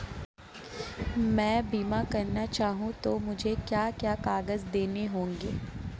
मैं बीमा करना चाहूं तो मुझे क्या क्या कागज़ देने होंगे?